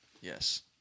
yes